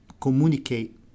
communicate